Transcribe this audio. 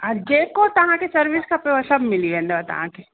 जेको तव्हांखे सर्विस खपेव सभु मिली वेंदव तव्हांखे